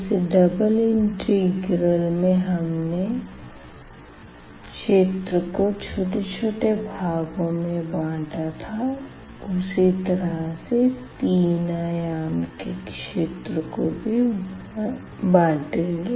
जैसे double integral में हमने क्षेत्र को छोटे छोटे भागों में बांटा था उसी तरह से तीन आयाम के क्षेत्र को भी बाँटेंगे